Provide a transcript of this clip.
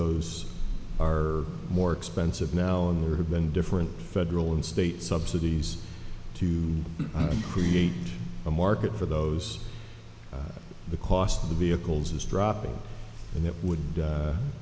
those are more expensive now and there have been different federal and state subsidies to create a market for those the cost of the vehicles is dropping and that